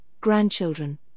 grandchildren